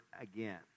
again